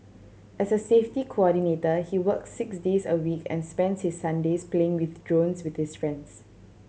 as a safety coordinator he works six days a week and spends his Sundays playing with drones with his friends